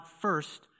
first